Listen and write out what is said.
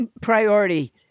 priority